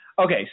Okay